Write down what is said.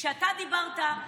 כשאתה דיברת,